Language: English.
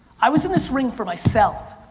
i was in this ring for myself.